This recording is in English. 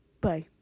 Bye